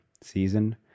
Season